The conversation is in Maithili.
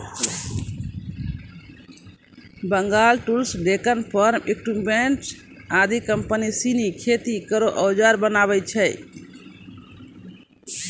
Bengal Tools, Deccan Farm Equipments आदि कम्पनी सिनी खेती केरो औजार बनावै छै